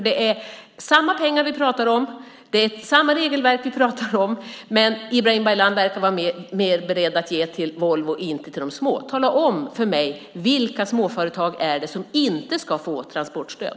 Det är ju samma pengar och samma regelverk vi pratar om, men Ibrahim Baylan verkar vara mer beredd att ge till Volvo än till de små. Tala om för mig: Vilka småföretag är det som inte ska få transportstöd?